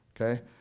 Okay